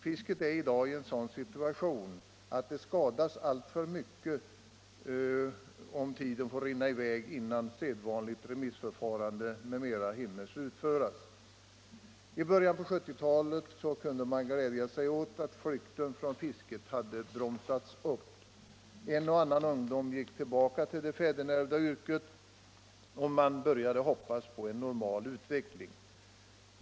Fisket är i dag i en sådan situation att det skadas alltför mycket om tiden får rinna i väg tills sedvanligt remissförfarande m.m. hinner slutföras. I början på 1970-talet kunde man glädja sig åt att flykten från fisket bromsats. En och annan ungdom gick tillbaka till det fåderneärvda yrket, och man började hoppas på en normal utveckling.